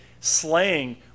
Slaying